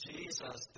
Jesus